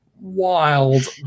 wild